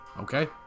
Okay